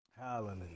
Hallelujah